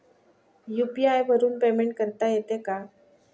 UPI वरून payment करता येते का?